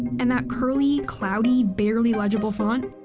and that curly, cloudy, barely legible font?